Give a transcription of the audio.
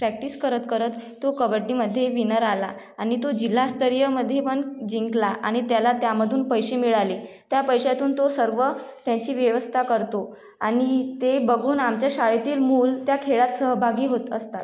practice करत करत तो कबड्डीमध्ये विनर आला आणि तो जिल्हास्तरीयमध्ये पण जिंकला आणि त्याला त्यामधून पैसे मिळाले त्या पैशातून तो सर्व त्याची व्यवस्था करतो आणि ते बघून आमच्या शाळेतील मुल त्या खेळात सहभागी होत असतात